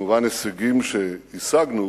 וכמובן הישגים שהשגנו,